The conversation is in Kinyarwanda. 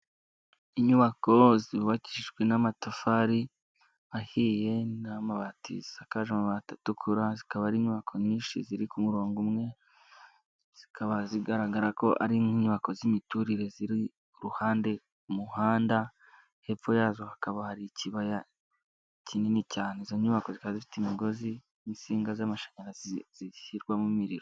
Inyubako zubabakijwe n'amatafari ahiye n'amabati zisakaje amabati atukura, zikaba ari inyubako nyinshi ziri ku murongo umwe, zikaba zigaragara ko ari nk'inyubako z'imiturire ziri ku ruhande ku muhanda, hepfo yazo hakaba hari ikibaya kinini cyane. Izo nyubako zikaba zifite imigozi n'insinga z'amashanyarazi zishyirwamo imiriro.